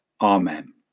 Amen